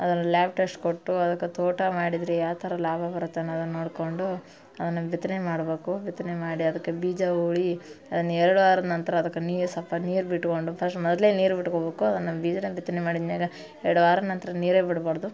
ಅದನ್ನು lab test ಕೊಟ್ಟು ಅದಕ್ಕೆ ತೋಟ ಮಾಡಿದ್ರೆ ಯಾವ ಥರ ಲಾಭ ಬರುತ್ತೆ ಅನ್ನೋದನ್ನು ನೋಡಿಕೊಂಡು ಅದನ್ನು ಬಿತ್ತನೆ ಮಾಡಬೇಕು ಬಿತ್ತನೆ ಮಾಡಿ ಅದಕ್ಕೆ ಬೀಜ ಹೂಳಿ ಅದ್ನ ಎರಡು ವಾರದ ನಂತರ ಅದಕ್ಕೆ ನೀರು ಸಲ್ಪ ನೀರು ಬಿಟ್ಟುಕೊಂಡು ಫಸ್ಟ್ ಮೊದಲೇ ನೀರು ಬಿಟ್ಕೊಬೇಕು ಅದನ್ನು ಬೀಜನ ಬಿತ್ತನೆ ಮಾಡಿದ ಮ್ಯಾಲ ಎರಡು ವರದ ನಂತರ ನೀರೇ ಬಿಡಬಾರ್ದು